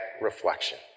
reflection